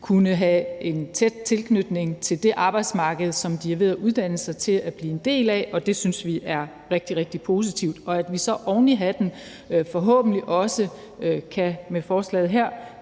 at have en tæt tilknytning til det arbejdsmarked, som de er ved at uddanne sig til at blive en del af, og det synes vi er rigtig, rigtig positivt. Og hvis vi så oven i hatten med forslaget her